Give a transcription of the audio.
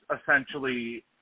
essentially